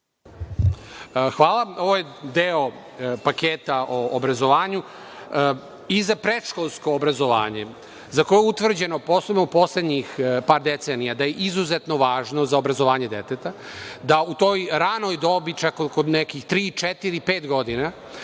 Hvala. Ovo je deo paketa o obrazovanju i za predškolsko obrazovanje za koje je utvrđeno po osnovu poslednjih par decenija da je izuzetno važno za obrazovanje deteta, da u toj ranoj dobi čak od nekih tri, četiri,